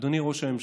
אדוני ראש הממשלה.